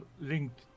linked